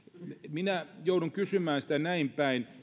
minä joudun kysymään sitä näinpäin